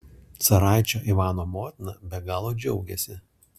caraičio ivano motina be galo džiaugiasi